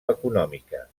econòmica